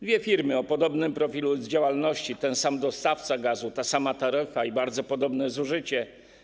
Dwie firmy o podobnym profilu z działalności, ten sam dostawca gazu, ta sama taryfa i bardzo podobne zużycie.